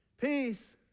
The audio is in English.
Peace